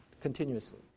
continuously